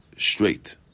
straight